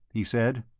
he said.